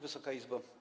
Wysoka Izbo!